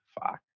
Fuck